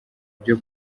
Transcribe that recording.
byo